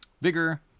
vigor